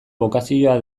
bokazioa